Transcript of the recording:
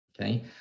okay